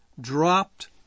dropped